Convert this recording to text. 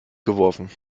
geworfen